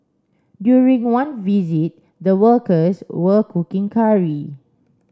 during one visit the workers were cooking curry